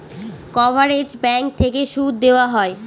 coverage bank থেকে সুদ দেওয়া হয়